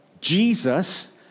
Jesus